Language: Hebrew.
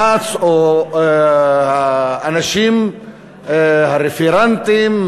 מאמץ או האנשים הרפרנטים,